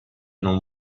non